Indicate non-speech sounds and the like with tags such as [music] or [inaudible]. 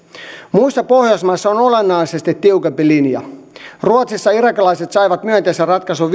muissa pohjoismaissa on olennaisesti tiukempi linja ruotsissa irakilaiset saivat myönteisen ratkaisun [unintelligible]